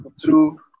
two